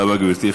תודה רבה, גברתי.